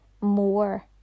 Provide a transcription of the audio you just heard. more